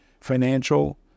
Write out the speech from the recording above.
financial